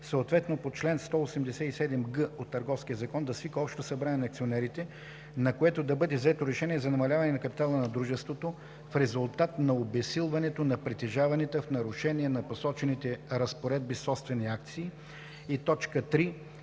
съответно по чл. 187г от Търговския закон да свика общо събрание на акционерите, на което да бъде взето решение за намаляване на капитала на дружеството в резултат на обезсилването на притежаваните в нарушение на посочените разпоредби собствени акции.” 3.